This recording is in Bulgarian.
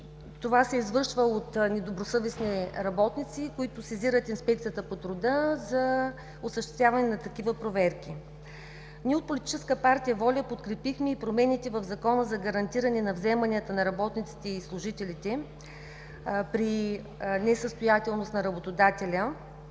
това се извършва от недобросъвестни работници, които сезират Инспекцията по труда за осъществяване на такива проверки. Ние от Политическа партия „Воля“ подкрепихме и промените в Закона за гарантиране на вземанията на работниците и служителите при несъстоятелност на работодателя.